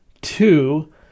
Two